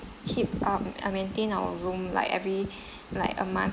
keep up and maintain our room like every like a month